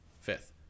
fifth